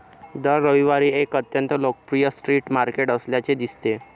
दर रविवारी एक अत्यंत लोकप्रिय स्ट्रीट मार्केट असल्याचे दिसते